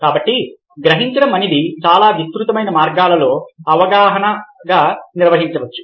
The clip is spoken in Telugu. కాబట్టి గ్రహించడం అనేది చాలా విస్తృతమైన మార్గంలో అవగాహనగా నిర్వచించవచ్చు